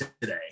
today